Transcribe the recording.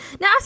Now